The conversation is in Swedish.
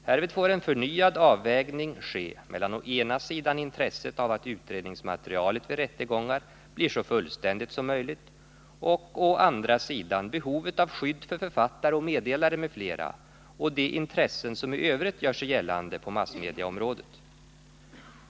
Härvid får en förnyad avvägning ske mellan å ena sidan intresset av att utredningsmaterialet vid rättegångar blir så fullständigt som möjligt och å andra sidan behovet av skydd för författare och meddelare m.fl. och de intressen som i övrigt gör sig gällande på massmedieområdet.